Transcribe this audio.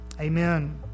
Amen